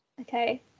okay